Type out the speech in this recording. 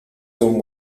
son